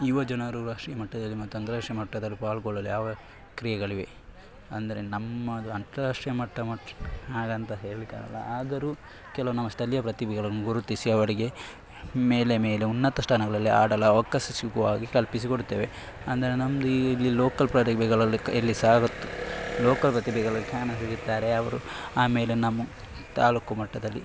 ಯುವ ಜನರು ರಾಷ್ಟ್ರೀಯ ಮಟ್ಟದಲ್ಲಿ ಮತ್ತು ಅಂತರಾಷ್ಟ್ರೀಯ ಮಟ್ಟದಲ್ಲಿ ಪಾಲ್ಗೊಳ್ಳಲು ಯಾವ ಕ್ರಿಯೆಗಳಿವೆ ಅಂದರೆ ನಮ್ಮದು ಅಂತರಾಷ್ಟ್ರೀಯ ಮಟ್ಟ ಮತ್ತು ಹಾಗಂತ ಹೇಳಲಿಕ್ಕಾಗಲ್ಲ ಆದರೂ ಕೆಲವು ನಮ್ಮ ಸ್ಥಳೀಯ ಪ್ರತಿಭೆಗಳನ್ನು ಗುರುತಿಸಿ ಅವರಿಗೆ ಮೇಲೆ ಮೇಲೆ ಉನ್ನತ ಸ್ಥಾನಗಳಲ್ಲಿ ಆಡಲು ಅವಕಾಶ ಸಿಗುವ ಹಾಗೆ ಕಲ್ಪಿಸಿ ಕೊಡುತ್ತೇವೆ ಅಂದರೆ ನಮ್ಮದು ಇಲ್ಲಿ ಲೋಕಲ್ ಪ್ರತಿಭೆಗಳಲ್ಲಿ ಎಲ್ಲಿ ಸಾಗತ್ತೆ ಲೋಕಲ್ ಪ್ರತಿಭೆಗಳು ಇಲ್ಲಿ ಕಾಣಸಿಗುತ್ತಾರೆ ಅವರು ಆಮೇಲೆ ನಮ್ಮ ತಾಲೂಕು ಮಟ್ಟದಲ್ಲಿ